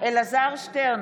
אלעזר שטרן,